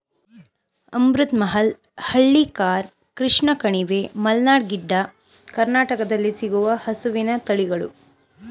ಅಮೃತ್ ಮಹಲ್, ಹಳ್ಳಿಕಾರ್, ಕೃಷ್ಣ ಕಣಿವೆ, ಮಲ್ನಾಡ್ ಗಿಡ್ಡ, ಕರ್ನಾಟಕದಲ್ಲಿ ಸಿಗುವ ಹಸುವಿನ ತಳಿಗಳು